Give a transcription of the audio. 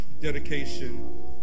dedication